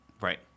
Right